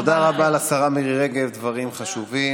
תודה רבה לשרה מירי רגב, דברים חשובים.